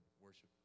worship